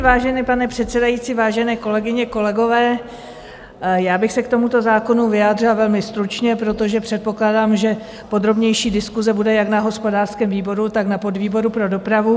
Vážený pane předsedající, vážené kolegyně a kolegové, k tomuto zákonu bych se vyjádřila velmi stručně, protože předpokládám, že podrobnější diskuse bude jak na hospodářském výboru, tak na podvýboru pro dopravu.